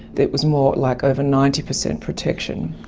it was more like over ninety percent protection.